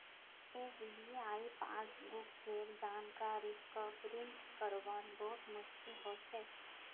SBI passbook केर जानकारी क प्रिंट करवात बहुत मुस्कील हो छे